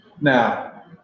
Now